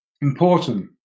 Important